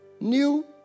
new